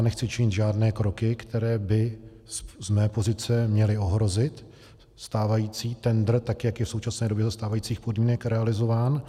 Nechci činit žádné kroky, které by z mé pozice měly ohrozit stávající tendr, jak je v současné době za stávajících podmínek realizován.